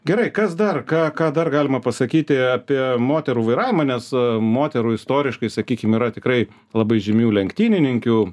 gerai kas dar ką ką dar galima pasakyti apie moterų vairavimą nes moterų istoriškai sakykim yra tikrai labai žymių lenktynininkių